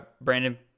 Brandon